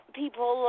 people